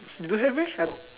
you don't have meh I